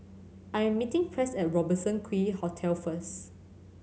I am meeting Press at Robertson Quay Hotel first